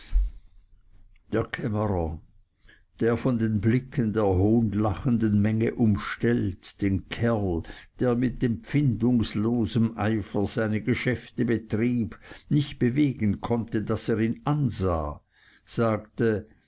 der von den blicken der hohnlachenden menge umstellt den kerl der mit empfindungslosem eifer seine geschäfte betrieb nicht bewegen konnte daß er ihn ansah sagte